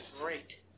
great